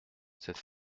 cette